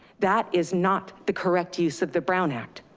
that is not the correct use of the brown act.